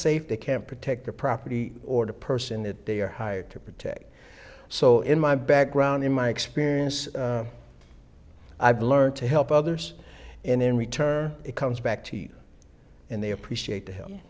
safe they can't protect their property or the person that they are hired to protect so in my background in my experience i've learned to help others and in return it comes back to eat and they appreciate